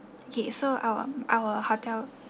okay so our our hotel